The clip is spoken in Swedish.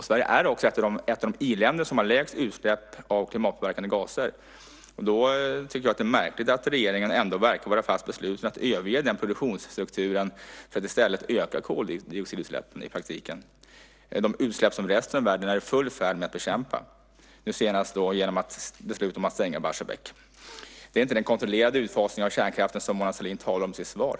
Sverige är också ett av de i-länder som har de lägsta utsläppen av klimatpåverkande gaser. Jag tycker därför att det är märkligt att regeringen ändå verkar vara fast besluten att överge den produktionsstrukturen för att i stället i praktiken öka koldioxidutsläppen - utsläpp som resten av världen i övrigt är i full färd med att bekämpa - senast genom beslutet att stänga Barsebäck. Det är inte den kontrollerade utfasning av kärnkraften som Mona Sahlin talar om i sitt svar.